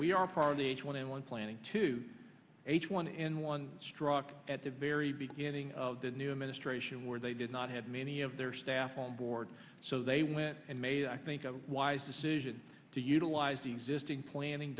the h one n one planning to h one n one struck at the very beginning of the new administration where they did not have many of their staff on board so they went and made i think a wise decision to utilize the existing planning